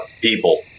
people